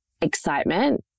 excitement